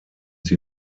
sie